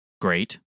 Great